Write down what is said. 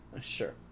Sure